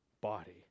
body